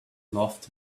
laughed